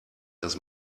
dass